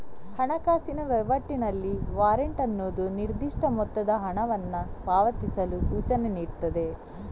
ಹಣಕಾಸಿನ ವೈವಾಟಿನಲ್ಲಿ ವಾರೆಂಟ್ ಅನ್ನುದು ನಿರ್ದಿಷ್ಟ ಮೊತ್ತದ ಹಣವನ್ನ ಪಾವತಿಸಲು ಸೂಚನೆ ನೀಡ್ತದೆ